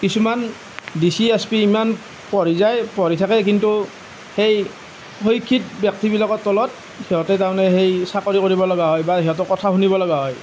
কিছুমান DC SP ইমান পঢ়ি যায় পঢ়ি থাকে কিন্তু সেই অশিক্ষিত ব্যক্তিবিলাকৰ তলত সিহঁতে তাৰমানে সেই চাকৰি কৰিবলগা হয় বা সিহঁতৰ কথা শুনিবলগা হয়